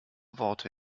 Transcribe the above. worte